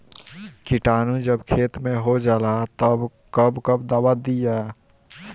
किटानु जब खेत मे होजाला तब कब कब दावा दिया?